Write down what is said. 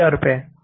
10000 रुपये